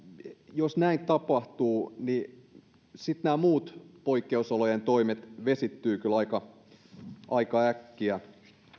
jos näin tapahtuu niin sitten nämä muut poikkeusolojen toimet vesittyvät kyllä aika aika äkkiä